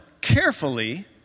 carefully